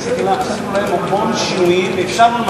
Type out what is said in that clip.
עשינו להם המון שינויים ואפשרנו,